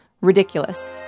ridiculous